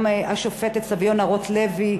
גם השופטת סביונה רוטלוי,